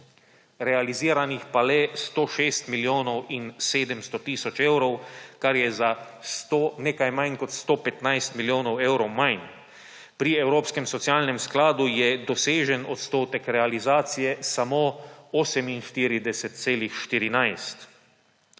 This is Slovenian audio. realiziranih pa le 106 milijonov in 700 tisoč evrov, kar je za nekaj manj kot 115 milijonov evrov manj. Pri Evropskem socialnem skladu je dosežen odstotek realizacije samo 48,14.